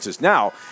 Now